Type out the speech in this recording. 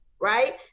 right